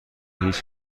هیچ